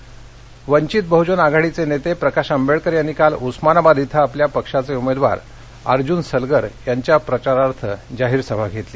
उस्मानाबाद वंचित बहुजन आघाडीचे नेते प्रकाश आंबेडकर यांनी काल उस्मानाबाद इथं आपल्या पक्षाचे उमेदवार अर्जुन सलगर यांच्या प्रचारार्थ जाहीर सभा घेतली